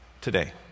today